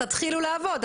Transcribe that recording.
תתחילו לעבוד,